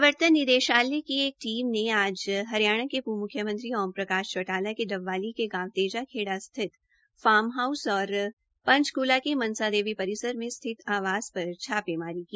प्रवर्तन निदेशालय की एक टीम ने आज हरियाणा के पूर्व मुख्यमंत्री ओम प्रकाश चौटाला के डब्वाली के गांव तेजाखेड़ा स्थित फार्म हाउस और पंचकूला के मनसा देवी स्थित आवास पर छापेमारी की